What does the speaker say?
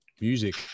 music